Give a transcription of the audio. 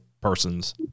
persons